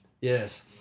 Yes